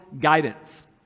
guidance